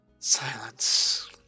Silence